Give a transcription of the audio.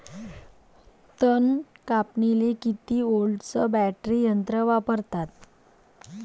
तन कापनीले किती व्होल्टचं बॅटरी यंत्र वापरतात?